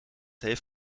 heeft